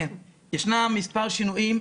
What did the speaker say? כן, ישנם מספר שינויים.